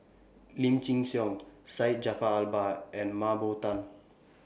Lim Chin Siong Syed Jaafar Albar and Mah Bow Tan